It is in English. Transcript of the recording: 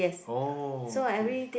oh okay